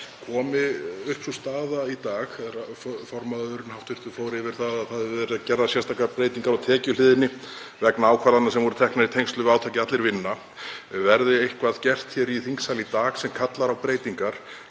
Komi upp sú staða í dag, hv. formaðurinn fór yfir að það hefðu verið gerðar sérstakrar breytingar á tekjuhliðinni vegna ákvarðana sem voru teknar í tengslum við átakið Allir vinna, verði eitthvað gert í þingsal í dag sem kallar á breytingar,